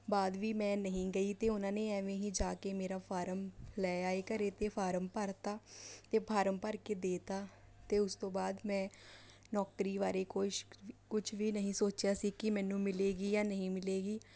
ਬਾਅਦ ਵੀ ਮੈਂ ਨਹੀਂ ਗਈ ਅਤੇ ਉਹਨਾਂ ਨੇ ਐਵੇਂ ਹੀ ਜਾ ਕੇ ਮੇਰਾ ਫਾਰਮ ਲੈ ਆਏ ਘਰੇ ਅਤੇ ਫਾਰਮ ਭਰਤਾ ਅਤੇ ਫਾਰਮ ਭਰ ਕੇ ਦੇ ਤਾ ਅਤੇ ਉਸ ਤੋਂ ਬਾਅਦ ਮੈਂ ਨੌਕਰੀ ਬਾਰੇ ਕੁਛ ਕੁਝ ਵੀ ਨਹੀਂ ਸੋਚਿਆ ਸੀ ਕਿ ਮੈਨੂੰ ਮਿਲੇਗੀ ਜਾਂ ਨਹੀਂ ਮਿਲੇਗੀ